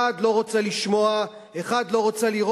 אחד לא רוצה לשמוע,